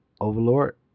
Overlord